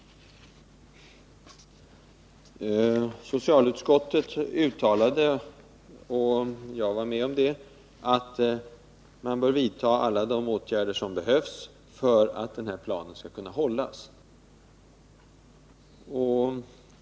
Socialutskottet uttalade — och jag var med om det att man bör vidta alla de åtgärder som behövs för att daghemsplanen skall kunna hållas.